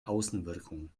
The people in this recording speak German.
außenwirkung